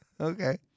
Okay